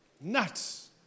Nuts